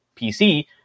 PC